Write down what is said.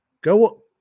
Go